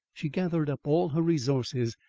she gathered up all her resources,